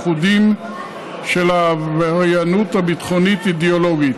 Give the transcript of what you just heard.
לנוכח מאפייניה הייחודיים של העבריינות הביטחונית-אידיאולוגית,